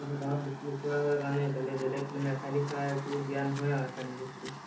গাঁৱত বিক্ৰী কৰা হয় কাৰণে বেলেগ বেলেগ মানে ৰাসায়নিক সাৰ একো দিয়া নহয় আৰু ৰাসায়নিক বস্তু